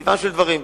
מטבעם של דברים.